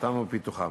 העצמתם ופיתוחם.